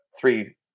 three